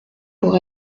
pour